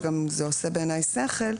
וגם זה עושה בעיניי שכל,